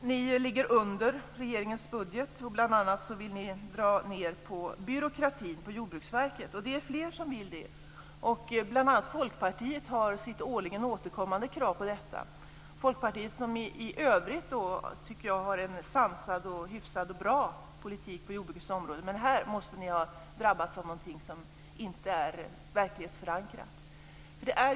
Ni ligger under regeringens budget. Bl.a. vill ni dra ned på byråkratin på Jordbruksverket. Det är fler som vill det. Bl.a. har Folkpartiet sitt årligen återkommande krav på detta. Folkpartiet, som i övrigt tycker jag har en sansad, hyfsad och bra politik på jordbruksområdet, måste här ha drabbats av någonting som inte är verklighetsförankrat.